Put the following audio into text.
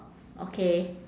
okay